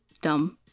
dumb